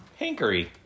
hankery